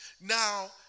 now